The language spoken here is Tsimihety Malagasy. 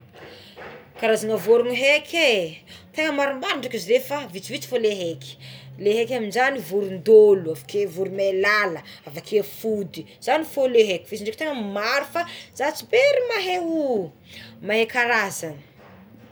Karazana vorona eky é tegna maromaro ndraika izy reo fa vitsivitsy fogna le aiky le aiky amign'izagny vorondolo, avekeo voromailala, avakeo zagny fogna le aiko izy draiky tegna maro fa za tsy mery mahay o mahay karazagny.